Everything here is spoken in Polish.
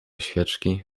świeczki